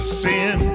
sin